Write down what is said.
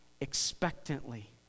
expectantly